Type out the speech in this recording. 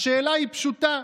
השאלה היא פשוטה: